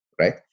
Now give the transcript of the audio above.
right